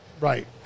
Right